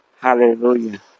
Hallelujah